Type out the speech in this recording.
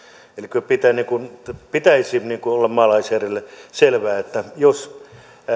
kyllä pitäisi olla maalaisjärjelle selvää että jos